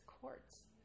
courts